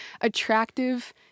attractive